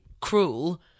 cruel